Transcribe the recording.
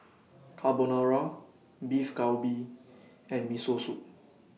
Carbonara Beef Galbi and Miso Soup